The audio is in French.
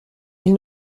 ils